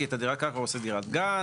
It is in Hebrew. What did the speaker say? כי את דירת הקרקע הוא עושה דירת גן,